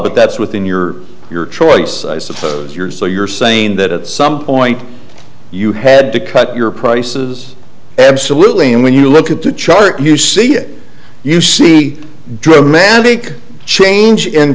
but that's within your your choice i suppose your so you're saying that at some point you had to cut your prices absolutely and when you look at the chart you see it you see a dramatic change in